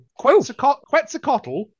Quetzalcoatl